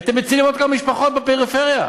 הייתם מצילים עוד כמה משפחות בפריפריה.